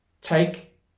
Take